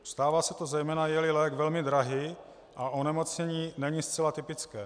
Stává se to zejména, jeli lék velmi drahý a onemocnění není zcela typické.